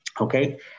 okay